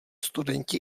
studenti